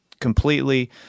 completely